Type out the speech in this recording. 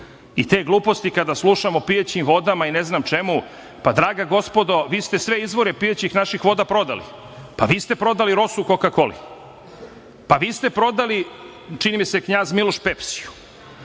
Te gluposti kada slušamo o pijaćim vodama i ne znam čemu, pa draga gospodo, vi ste sve izvore pijaćih naših voda prodali, pa vi ste prodali „Rosu“ „Koka-koli“, pa vi ste prodali, čini mi, se „Knjaz Miloš“ „Pepsiju“.